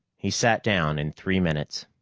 he sat down in three minutes.